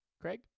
Craig